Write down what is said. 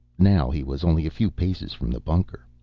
now he was only a few paces from the bunker.